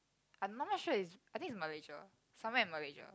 I'm not sure is I think it's Malaysia somewhere in Malaysia